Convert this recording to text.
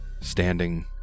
standing